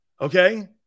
Okay